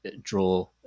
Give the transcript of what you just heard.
draw